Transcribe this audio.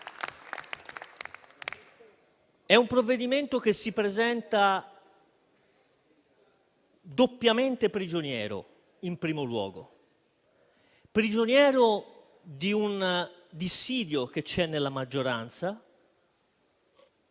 È un provvedimento che si presenta doppiamente prigioniero. In primo luogo, prigioniero di un dissidio nella maggioranza: